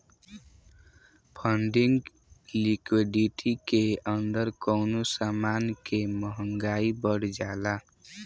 funding liquidity के अंदर कवनो समान के महंगाई बढ़ जाला